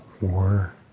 war